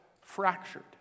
fractured